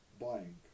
buying